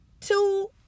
two